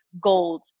Gold